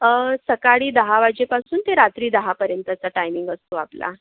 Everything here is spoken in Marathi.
अं सकाळी दहा वाजेपासून ते रात्री दहा पर्यंतचा टाइमिंग असतो आपला